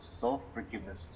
self-forgiveness